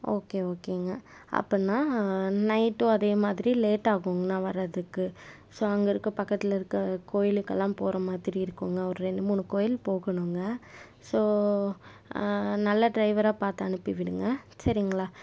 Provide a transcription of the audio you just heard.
okay ஓகேங்க அப்புடின்னா நைட்டும் அதே மாதிரி லேட்டாக ஆகுங்கணா வர்றதுக்கு ஸோ அங்கே இருக்க பக்கத்தில் இருக்க கோவிலுக்கெல்லாம் போகிற மாதிரி இருக்குங்க ஒரு ரெண்டு மூணு கோவில் போகணுங்க ஸோ நல்ல டிரைவராக பார்த்து அனுப்பி விடுங்க சரிங்களா